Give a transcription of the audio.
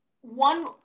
One